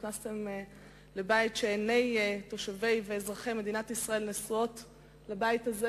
נכנסתם לבית שעיני תושבי ואזרחי מדינת ישראל נשואות אליו,